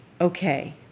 Okay